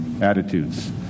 attitudes